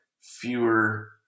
fewer